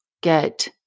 get